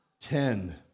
Ten